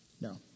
no